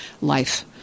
life